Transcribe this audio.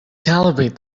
calibrate